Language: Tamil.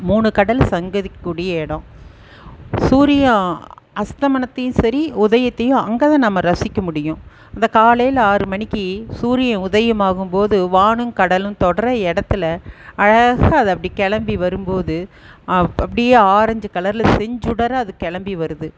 மூனு கடல் சங்கதிக்கூடிய இடோம் சூரிய அஸ்த்தமனத்தையும் சரி உதயத்தியும் அங்கே தான் நம்ம ரசிக்க முடியும் அந்த காலையில ஆறு மணிக்கு சூரிய உதயம் ஆகும்போது வானுங்கடலும் தொட்ற இடத்துல அழகாக அது அப்படி கிளம்பி வரும்போது அப் அப்படியே ஆரஞ்சு கலரில் செஞ்சுடரா அது கிளம்பி வருது